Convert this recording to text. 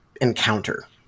encounter